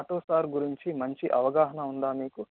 auto star గురిచి మంచి అవగాహన ఉందా మీకు